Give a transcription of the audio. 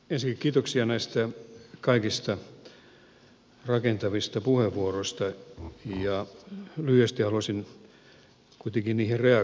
ensinnäkin kiitoksia näistä kaikista rakentavista puheenvuoroista ja lyhyesti haluaisin kuitenkin niihin reagoida